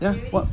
ya [what]